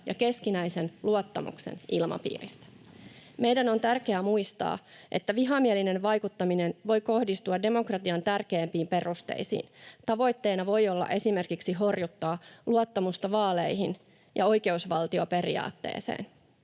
ja keskinäisen luottamuksen ilmapiiristä. Meidän on tärkeää muistaa, että vihamielinen vaikuttaminen voi kohdistua demokratian tärkeimpiin perusteisiin. Tavoitteena voi olla esimerkiksi horjuttaa luottamusta vaaleihin ja oikeusvaltioperiaatteeseen.